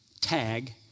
tag